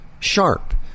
Sharp